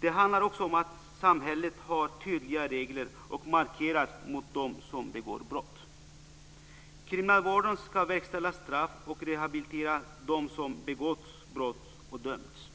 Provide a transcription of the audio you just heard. Det handlar också om att samhället har tydliga regler och markerar mot dem som begår brott. Kriminalvården ska verkställa straff och rehabilitera dem som begått brott och dömts.